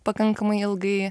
pakankamai ilgai